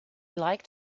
liked